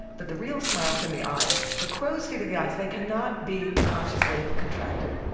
but the real smile's in the eyes, the crow's feet of the eyes. they cannot be consciously contracted,